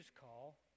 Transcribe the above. call